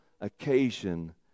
Occasion